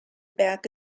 back